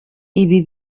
ibi